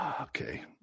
Okay